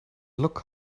look